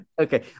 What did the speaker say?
Okay